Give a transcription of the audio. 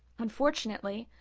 unfortunately,